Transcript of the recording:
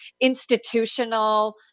institutional